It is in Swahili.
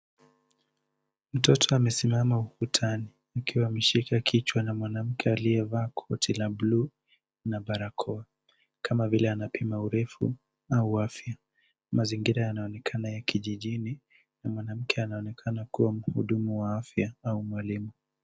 Mtoto amesimama ukutani akiwa ameshika kichwa mwanamke aliyevaa koti la blue na barakoa kama vile anapima urefu au afya. Mazingira yanaonekana ya kijijini na mwanamke anaonekana kuwa mhudumuw a afya au mwalimu.